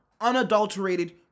unadulterated